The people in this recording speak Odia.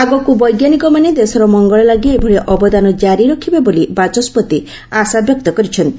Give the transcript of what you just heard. ଆଗକୁ ବୈଜ୍ଞାନିକମାନେ ଦେଶର ମଙ୍ଗଳ ଲାଗି ଏଭଳି ଅବଦାନ କାରି ରଖିବେ ବୋଲି ବାଚସ୍କତି ଆଶବ୍ୟକ୍ତ କରିଛନ୍ତି